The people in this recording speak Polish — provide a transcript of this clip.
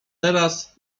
teraz